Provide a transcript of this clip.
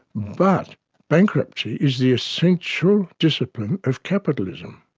but bankruptcy is the essential discipline of capitalism.